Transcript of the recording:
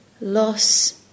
loss